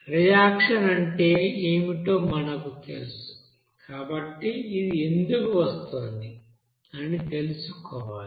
reaction అంటే ఏమిటో మనకు తెలుసు కాబట్టి ఇది ఎందుకు వస్తోంది అని తెలుసుకోవాలి